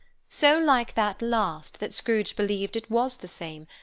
so like that last that scrooge believed it was the same,